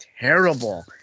terrible